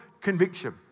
conviction